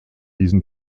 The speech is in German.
diesen